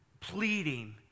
pleading